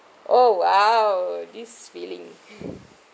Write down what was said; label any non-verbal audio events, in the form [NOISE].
oh !wow! this feeling [LAUGHS]